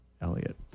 Elliot